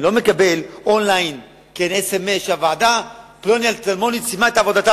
אני לא מקבל online sms שהוועדה סיימה את עבודתה,